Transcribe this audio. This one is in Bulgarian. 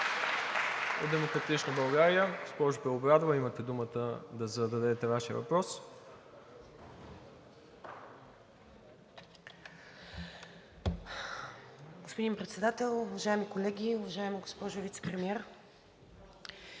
Господин Председател, уважаеми колеги! Уважаема госпожо Вицепремиер,